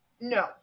no